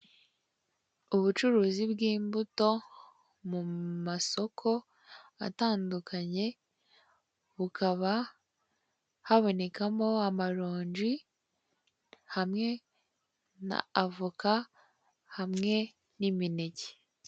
Ubucuruzi bw'imbuto mu masoko atandukanye bukaba habonekamo amaronji hamwe n'avoka hamwe n'imineke.